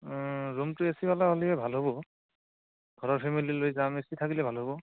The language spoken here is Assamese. ৰুমটো এ চি হ'লা হ'লে ভাল হ'ব ঘৰৰ ফেমিলি লৈ যাম এ চি থাকিলে ভাল হ'ব